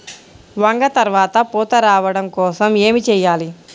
వంగ త్వరగా పూత రావడం కోసం ఏమి చెయ్యాలి?